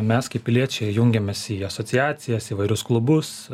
mes kaip piliečiai jungiamės į asociacijas įvairius klubus